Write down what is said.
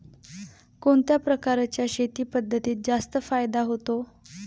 कोणत्या प्रकारच्या शेती पद्धतीत जास्त फायदा होतो?